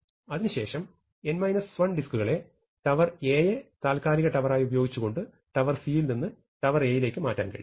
അതിനുശേഷം ഡിസ്കുകളെ tower A യെ താത്ക്കാലിക ടവരായി ഉപയോഗിച്ചുകൊണ്ട് ടവർ C യിൽ നിന്ന് ടവർ A യിലേക്ക് മാറ്റാൻ കഴിയും